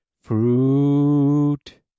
fruit